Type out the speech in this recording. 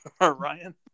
Ryan